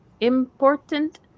important